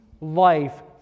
life